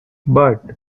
but